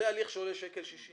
זה הליך שעולה 1.60 שקל.